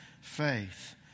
faith